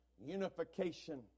unification